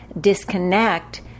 disconnect